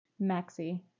Maxi